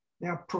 Now